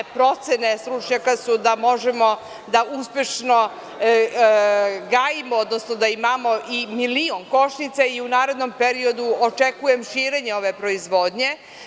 Procene stručnjaka su da možemo da uspešno gajimo, odnosno da imamo i milion košnica, i u narednom periodu očekujem širenje ove proizvodnje.